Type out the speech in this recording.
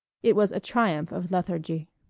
it was a triumph of lethargy.